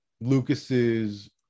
lucas's